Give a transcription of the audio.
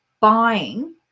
buying